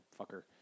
fucker